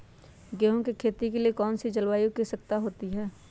गेंहू की खेती के लिए कौन सी जलवायु की आवश्यकता होती है?